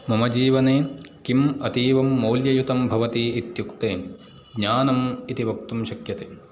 मम जीवने किम् अतीवमौल्ययुतं भवति इत्युक्ते ज्ञानम् इति वक्तुं शक्यते